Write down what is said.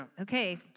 Okay